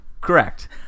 Correct